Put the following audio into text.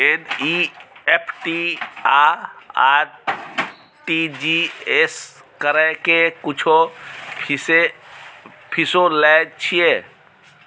NEFT आ RTGS करै के कुछो फीसो लय छियै?